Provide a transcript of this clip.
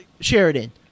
Sheridan